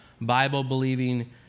Bible-believing